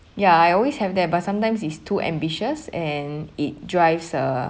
ya I always have that but sometimes is too ambitious and it drives uh